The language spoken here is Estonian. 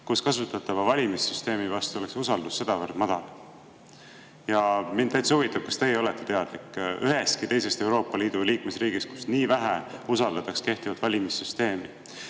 kus kasutatava valimissüsteemi vastu oleks usaldus sedavõrd madal. Mind täitsa huvitab, kas teie olete teadlik ühestki teisest Euroopa Liidu liikmesriigist, kus nii vähe usaldatakse kehtivat valimissüsteemi.